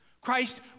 Christ